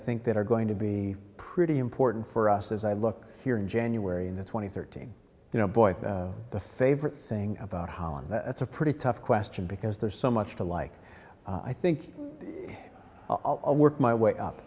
think that are going to be pretty important for us as i look here in january in the twenty thirty you know boy the favorite thing about holland that's a pretty tough question because there's so much to like i think i'll work my way up